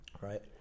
right